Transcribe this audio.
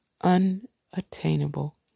unattainable